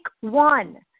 one